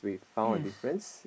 yes